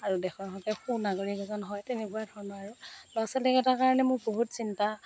আৰু দেশৰ হকে সুনাগৰিক এজন হয় তেনেকুৱা ধৰণৰ আৰু ল'ৰা ছোৱালীকেইটাৰ কাৰণে মোৰ বহুত চিন্তা